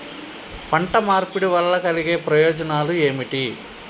పంట మార్పిడి వల్ల కలిగే ప్రయోజనాలు ఏమిటి?